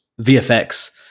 VFX